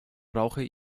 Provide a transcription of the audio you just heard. brauche